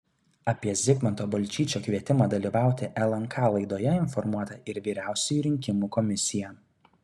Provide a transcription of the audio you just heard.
apie zigmanto balčyčio kvietimą dalyvauti lnk laidoje informuota ir vyriausioji rinkimų komisija